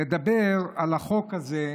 לדבר על החוק הזה,